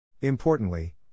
Importantly